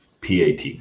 PAT